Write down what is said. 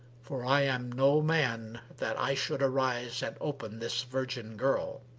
for i am no man that i should arise and open this virgin girl.